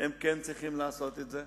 או כן צריכים לעשות את זה?